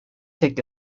tek